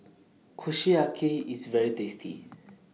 Kushiyaki IS very tasty